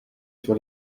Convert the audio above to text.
sur